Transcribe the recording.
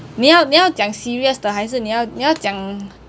你要你要讲 serious 的还是你要你要讲